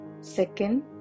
second